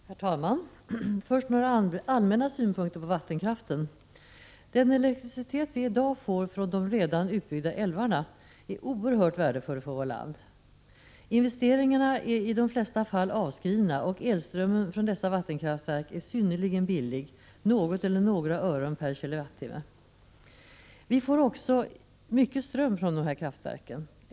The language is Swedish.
Herr talman! Först några allmänna synpunkter på vattenkraften. Den elektricitet vi i dag får från de redan utbyggda älvarna är oerhört värdefull för vårt land. Investeringarna är i de flesta fall avskrivna, och elströmmen från dessa vattenkraftverk är synnerligen billig, något eller några ören per kWh. Vi får också mycket ström från dessa kraftverk.